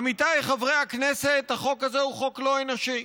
עמיתיי חברי הכנסת, החוק הזה הוא חוק לא אנושי,